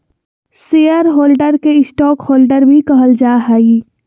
share holder के stockholder भी कहल जा हइ